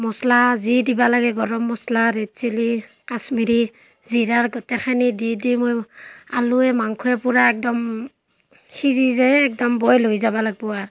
মচলা যি দিব লাগে গৰম মচলা ৰেড চিলি কাশ্মীৰী জিৰাৰ গোটেইখিনি দি দি মই আলুৱে মাংসৱে পূৰা একদম সিজি যায় একদম বইল হৈ যাব লাগিব আৰু